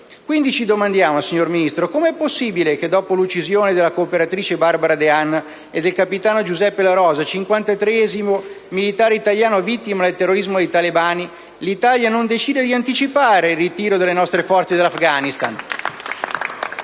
domande. Ci chiediamo, signora Ministro, come è possibile che dopo l'uccisione della cooperatrice Barbara De Anna e del capitano Giuseppe La Rosa, cinquantatreesimo militare italiano vittima del terrorismo dei talebani, l'Italia non decida di anticipare il ritiro delle proprie forze dall'Afghanistan